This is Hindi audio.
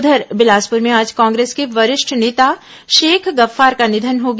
उधर बिलासपुर में आज कांग्रेस के वरिष्ठ नेता शेख गफ्फार का निधन हो गया